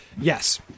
Yes